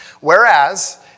Whereas